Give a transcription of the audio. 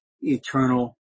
eternal